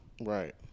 Right